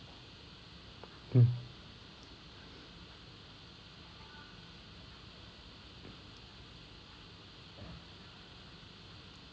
mm